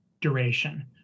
duration